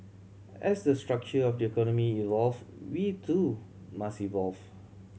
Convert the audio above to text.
as the structure of the economy evolve we too must evolve